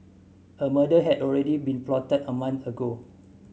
a murder had already been plotted a month ago